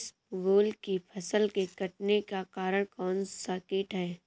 इसबगोल की फसल के कटने का कारण कौनसा कीट है?